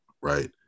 right